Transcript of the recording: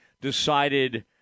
decided